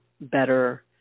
better